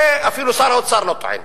את זה אפילו שר האוצר לא טוען.